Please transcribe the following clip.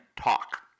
talk